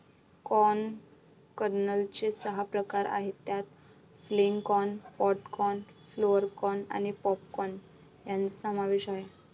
corn कर्नलचे सहा प्रकार आहेत ज्यात flint corn, pod corn, flour corn आणि पॉप कॉर्न यांचा समावेश आहे